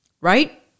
right